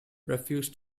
refused